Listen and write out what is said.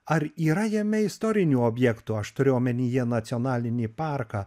ar yra jame istorinių objektų aš turiu omenyje nacionalinį parką